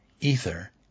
Ether